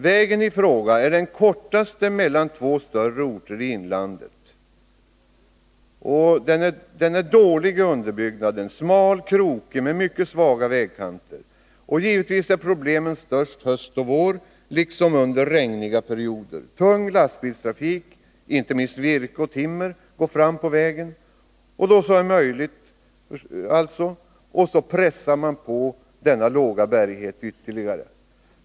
Vägen i fråga är den kortaste mellan två större orter i inlandet. Den har en dålig underbyggnad och är smal och krokig med mycket svaga vägkanter. Givetvis är problemen störst höst och vår liksom under regniga perioder. Tung lastbilstrafik, inte minst virkesoch timmertransporter, belastar vägen då så är möjligt. På så sätt pressar man på ytterligare, trots den låga bärigheten.